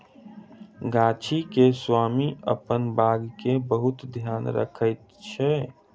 गाछी के स्वामी अपन बाग के बहुत ध्यान रखैत अछि